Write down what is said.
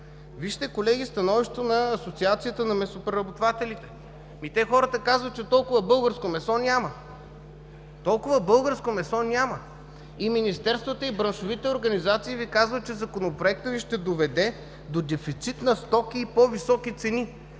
вижте становището на Асоциацията на месопреработвателите. Хората казват, че толкова българско месо няма. Толкова българско месо няма! И министерствата, и браншовите организации Ви казват, че Законопроектът Ви ще доведе до дефицит на стоки и по-високи цени.